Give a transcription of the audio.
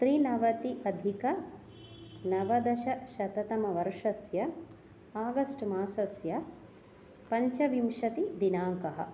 त्रिनवत्यधिकं नवदशशततमवर्षस्य आगस्ट् मासस्य पञ्चविंशतिदिनाङ्कः